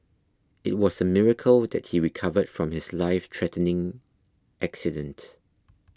it was a miracle that he recovered from his lifethreatening accident